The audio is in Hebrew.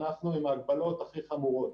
אנחנו עם ההגבלות הכי חמורות.